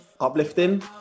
Uplifting